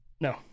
No